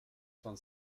von